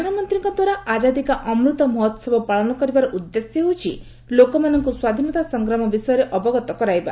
ପ୍ରଧାନମନ୍ତ୍ରୀଙ୍କ ଦ୍ୱାରା ଆଜାଦି କା ଅମୃତ ମହୋସବ ପାଳନ କରିବାର ଉଦ୍ଦେଶ୍ୟ ହେଉଛି ଲୋକମାନଙ୍କୁ ସ୍ୱାଧୀନତା ସଂଗ୍ରାମ ବିଷୟରେ ଅବଗତ କରାଇବା